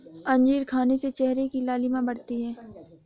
अंजीर खाने से चेहरे की लालिमा बढ़ती है